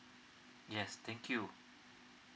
yes thank you